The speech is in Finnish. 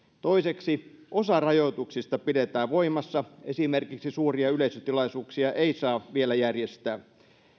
toiseksi osa rajoituksista pidetään voimassa eli esimerkiksi suuria yleisötilaisuuksia ei saa vielä järjestää